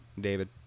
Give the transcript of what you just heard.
David